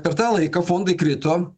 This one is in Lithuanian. per tą laiką fondai krito